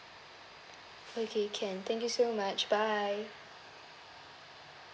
okay can thank you so much bye